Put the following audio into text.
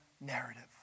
narrative